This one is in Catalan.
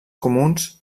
comuns